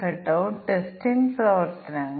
കൂടാതെ C 4 b c ന് തുല്യമാണ്